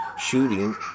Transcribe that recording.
shooting